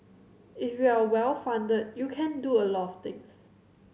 if you are well funded you can do a lot things